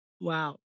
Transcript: Wow